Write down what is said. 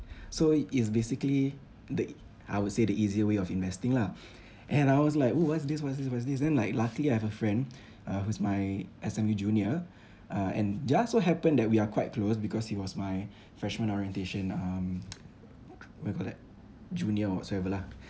so it's basically the I would say the easier way of investing lah and I was like oo what's this what's this what's this then like luckily I have a friend uh who's my S_M_U junior uh and just so happen that we are quite close because he was my freshmen orientation um what you call that junior or whatsoever lah